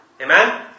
Amen